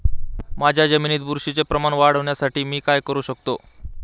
माझ्या जमिनीत बुरशीचे प्रमाण वाढवण्यासाठी मी काय करू शकतो?